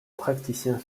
praticien